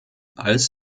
als